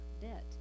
debt